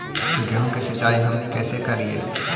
गेहूं के सिंचाई हमनि कैसे कारियय?